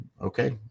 okay